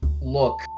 Look